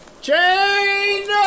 Jane